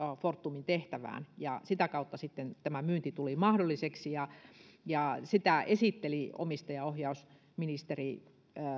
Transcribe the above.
fortumin tehtävään ja sitä kautta sitten tämä myynti tuli mahdolliseksi sitä esitteli omistajaohjausministeri